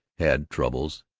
had troubles,